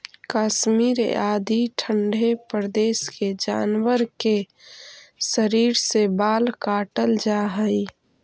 कश्मीर आदि ठण्ढे प्रदेश के जानवर के शरीर से बाल काटल जाऽ हइ